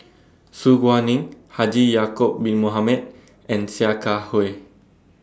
Su Guaning Haji Ya'Acob Bin Mohamed and Sia Kah Hui